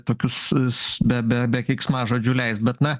tokius s be be be keiksmažodžių leist bet na